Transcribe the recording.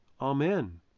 Amen